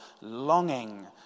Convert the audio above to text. longing